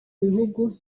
bihugu